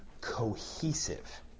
cohesive